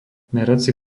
merací